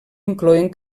incloent